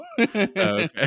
Okay